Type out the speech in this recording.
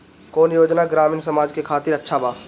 कौन योजना ग्रामीण समाज के खातिर अच्छा बा?